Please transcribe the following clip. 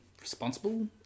responsible